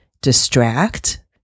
Distract